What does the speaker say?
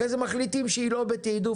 אחרי זה מחליטים שהיא לא בתיעדוף,